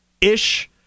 ish